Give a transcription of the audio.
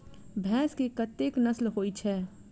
भैंस केँ कतेक नस्ल होइ छै?